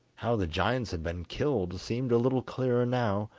how the giants had been killed seemed a little clearer now,